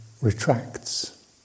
retracts